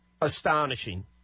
astonishing